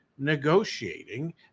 negotiating